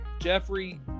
Jeffrey